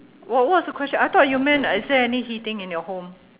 what what's the question I thought you meant uh is there any heating in your home